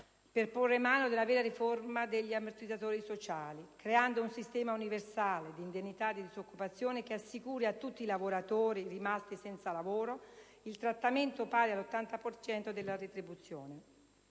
per porre mano ad una vera riforma degli ammortizzatori sociali, creando un sistema universale di indennità di disoccupazione che assicuri a tutti i lavoratori rimasti senza lavoro il trattamento pari all'80 per cento della retribuzione.